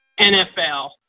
NFL